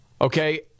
Okay